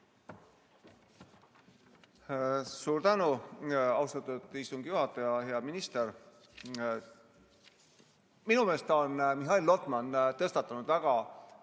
Suur tänu, austatud istungi juhataja! Hea minister! Minu meelest on Mihhail Lotman tõstatanud väga